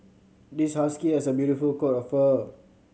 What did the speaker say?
this husky has a beautiful coat of fur